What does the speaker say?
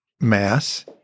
mass